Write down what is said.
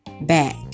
back